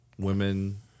Women